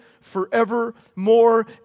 forevermore